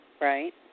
right